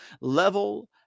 level